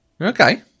Okay